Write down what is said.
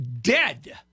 dead